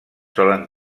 solen